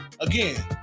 Again